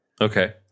Okay